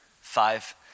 five